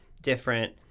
different